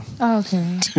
Okay